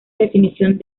definición